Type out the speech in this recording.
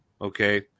Okay